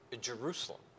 Jerusalem